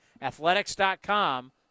Athletics.com